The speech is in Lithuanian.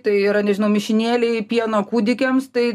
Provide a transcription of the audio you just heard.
tai yra nežinau mišinėliai pieno kūdikiams tai